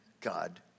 God